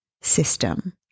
system